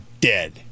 Dead